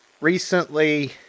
recently